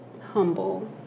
humble